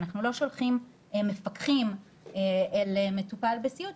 אנחנו לא שולחים מפקחים אל מטופל בסיעוד,